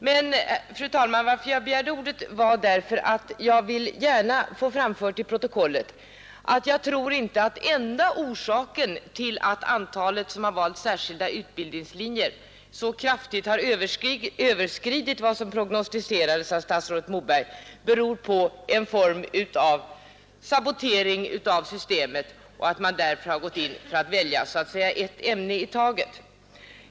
Men, fru talman, att jag begärde ordet berodde på att jag gärna vill få framfört till protokollet att jag inte tror att den enda orsaken till att antalet studerande som har valt särskilda utbildningslinjer så kraftigt har överskridit vad som prognostiserades av statsrådet Moberg är en form av sabotering av systemet och att man därför skulle ha gått in för att välja så att säga ett ämne i taget.